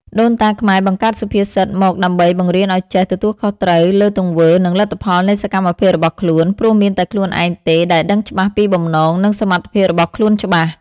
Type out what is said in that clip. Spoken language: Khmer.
ដូនតាខ្មែរបង្កើតសុភាសិតមកដើម្បី បង្រៀនឲ្យចេះ ទទួលខុសត្រូវ លើទង្វើ និងលទ្ធផលនៃសកម្មភាពរបស់ខ្លួន ព្រោះមានតែខ្លួនឯងទេដែលដឹងច្បាស់ពីបំណង និងសមត្ថភាពរបស់ខ្លួនច្បាស់។